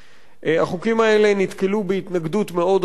החוקים האלה נתקלו בהתנגדות מאוד רחבה,